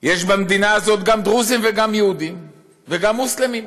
יש במדינה הזאת גם דרוזים וגם יהודים וגם מוסלמים,